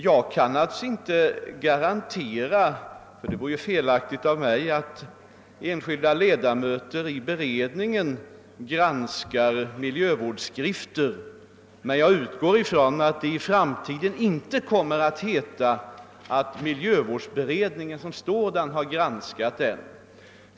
Naturligtvis kan jag inte garantera, ty det vore felaktigt av mig, att enskilda ledamöter i beredningen inte granskar miljövårdsskrifter, men jag utgår ifrån att det i framtiden inte kommer att heta om någon skrift att miljövårdsberedningen som sådan har granskat den.